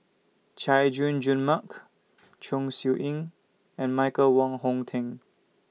Chay Jung Jun Mark Chong Siew Ying and Michael Wong Hong Teng